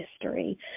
history